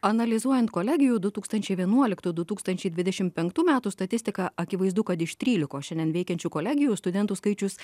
analizuojant kolegijų du tūkstančiai vienuoliktų du tūkstančiai dvidešim penktų metų statistiką akivaizdu kad iš trylikos šiandien veikiančių kolegijų studentų skaičius